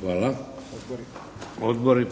Hvala. Odbori?